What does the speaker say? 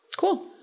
cool